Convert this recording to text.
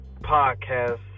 podcast